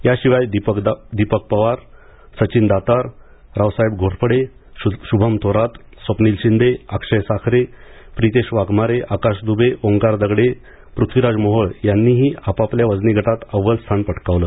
याशिवाय दीपक पवार सचिन दातार रावसाहेब घोरपडे शुभम थोरात स्वप्नील शिंदे अक्षय साखरे प्रितेश वाघमारे आकाश दुबे ओंकार दगडे पृथ्वीराज मोहोळ यांनीही आपापल्या वजनी गटात अव्वल स्थान पटकावलं